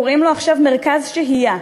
קוראים לו עכשיו "מרכז שהייה",